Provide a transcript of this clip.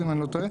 אם אני לא טועה.